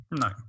No